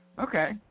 Okay